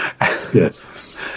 Yes